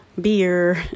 beer